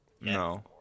No